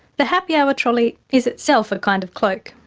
the happy hour trolley is itself a kind of cloak,